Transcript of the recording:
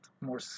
more